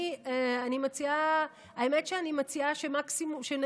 האמת, אני מציעה שפשוט